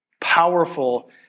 powerful